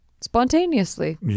Spontaneously